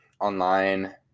online